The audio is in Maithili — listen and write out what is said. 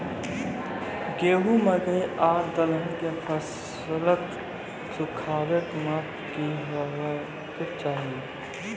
गेहूँ, मकई आर दलहन के फसलक सुखाबैक मापक की हेवाक चाही?